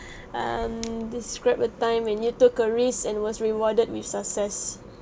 um describe a time when you took a risk and was rewarded with success